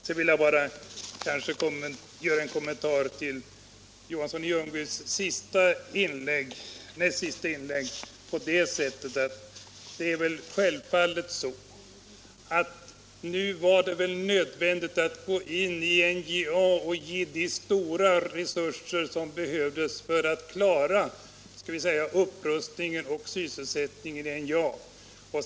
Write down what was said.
Slutligen vill jag göra en kommentar till herr Johanssons näst sista inlägg genom att säga att det väl självklart nu var nödvändigt att gå in i NJA och ge de stora resurser som behövdes för att klara upprustning och sysselsättning i NJA.